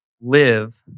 live